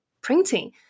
printing